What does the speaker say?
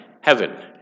heaven